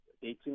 dating